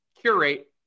curate